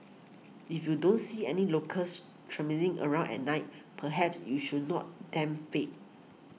if you don't see any locals traipsing around at night perhaps you should not tempt fate